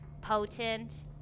potent